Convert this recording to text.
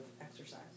exercise